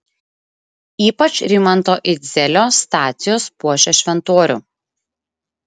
ypač rimanto idzelio stacijos puošia šventorių